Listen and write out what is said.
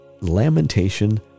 lamentation